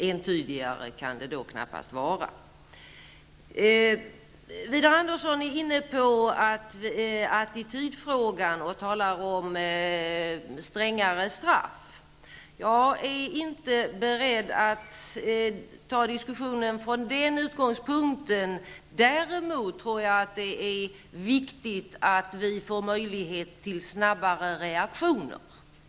Entydigare kan det då knappast vara. Widar Andersson är inne på attitydfrågan och talar om strängare straff. Jag är inte beredd att föra diskussionen från den utgångspunkten. Däremot tror jag att det är viktigt att vi får möjlighet till snabbare reaktioner.